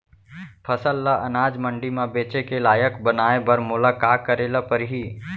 फसल ल अनाज मंडी म बेचे के लायक बनाय बर मोला का करे ल परही?